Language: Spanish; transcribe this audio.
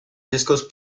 discos